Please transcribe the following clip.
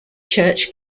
church